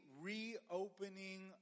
reopening